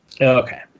Okay